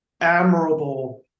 admirable